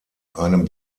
einem